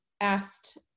asked